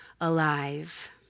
alive